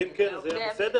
ואם כן, זה יהיה בסדר?